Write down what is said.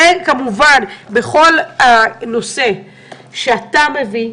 וכמובן בכל הנושא שאתה מביא,